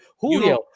Julio